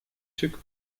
took